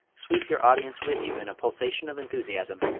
sweep your audience with you in a pulsation of enthusiasm.